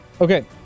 Okay